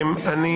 אני